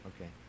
okay